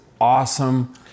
awesome